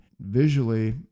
visually